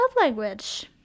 language